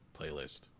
playlist